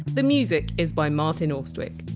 the music is by martin austwick